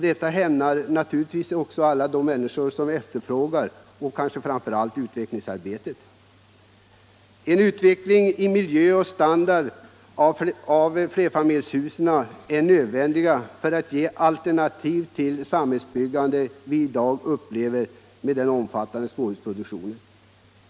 Detta hämmar naturligtvis alla de människor som efterfrågar denna boendeform, och det hämmar framför allt utvecklingsarbetet. En utveckling i miljö och standard av flerfamiljshusen är nödvändig för att ge alternativ till den samhällsbyggnad vf i dag upplever med en omfattande småhusproduktion.